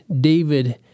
David